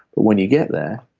when you get there,